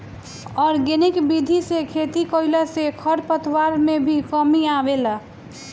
organic विधि से खेती कईला से खरपतवार में भी कमी आवेला